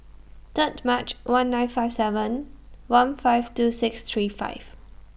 Third March one nine five seven one five two six three five